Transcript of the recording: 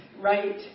right